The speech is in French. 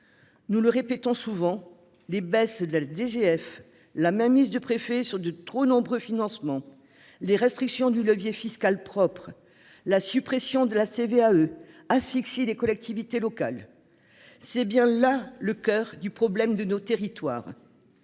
Nous le répétons souvent les baisse de la DGF, la mainmise du préfet sur de trop nombreux financements les restrictions du levier fiscal propre la suppression de la CVAE asphyxie des collectivités locales. C'est bien là le coeur du problème de nos territoires.